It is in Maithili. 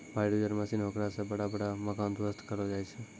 भारी डोजर मशीन हेकरा से बड़ा बड़ा मकान ध्वस्त करलो जाय छै